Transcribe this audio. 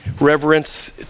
Reverence